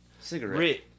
cigarette